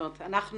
אנחנו